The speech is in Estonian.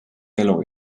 elu